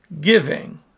giving